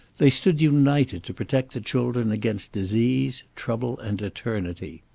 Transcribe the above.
they stood united to protect the children against disease, trouble and eternity.